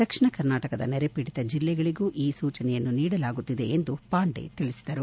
ದಕ್ಷಿಣ ಕರ್ನಾಟಕದ ನೆರೆಪೀಡಿತ ಜಿಲ್ಲೆಗಳಿಗೂ ಈ ಸೂಚನೆಯನ್ನು ನೀಡಲಾಗುತ್ತಿದೆ ಎಂದು ಪಾಂಡೆ ತಿಳಿಸಿದರು